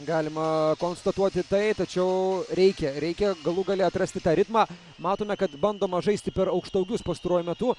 galima konstatuoti tai tačiau reikia reikia galų gale atrasti tą ritmą matome kad bandoma žaisti per aukštaūgius pastaruoju metu